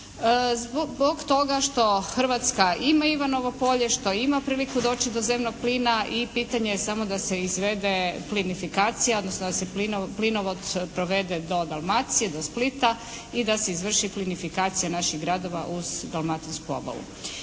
zbog toga što Hrvatska ima Ivanovo polje, što ima priliku doći do zemnog plina i pitanje je samo da se izvede plinifikacija odnosno da se plinovod provede do Dalmacije, do Splita i da se izvrši plinifikacija naših gradova uz dalmatinsku obalu.